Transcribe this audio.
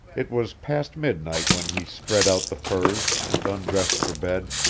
it was past midnight when he spread out the furs and undressed for bed.